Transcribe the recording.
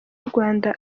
urwanda